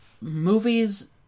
movies